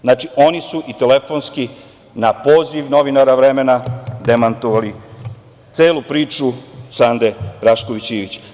Znači, oni su i telefonski, na poziv novinara „Vremena“ demantovali celu priču Sande Rašković Ivić.